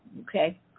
Okay